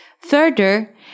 Further